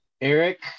Eric